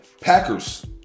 Packers